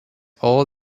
all